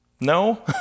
No